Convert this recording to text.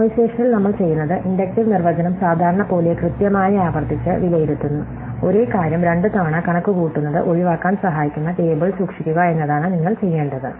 മെമ്മോയിസേഷനിൽ നമ്മൾ ചെയ്യുന്നത് ഇൻഡക്റ്റീവ് നിർവചനം സാധാരണപോലെ കൃത്യമായി ആവർത്തിച്ച് വിലയിരുത്തുന്നു ഒരേ കാര്യം രണ്ടുതവണ കണക്കുകൂട്ടുന്നത് ഒഴിവാക്കാൻ സഹായിക്കുന്ന ടേബിൾ സൂക്ഷിക്കുക എന്നതാണ് നിങ്ങൾ ചെയ്യേണ്ടത്